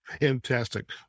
Fantastic